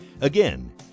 Again